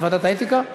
בוועדת האתיקה?